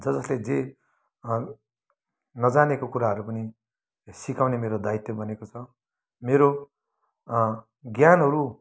ज जसले जे नजानेको कुराहरू पनि सिकाउने मेरो दायित्व बनेको छ मेरो ज्ञानहरू